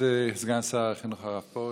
כבוד סגן שר החינוך הרב פרוש,